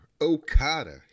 Okada